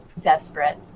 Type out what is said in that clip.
desperate